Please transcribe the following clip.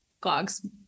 clogs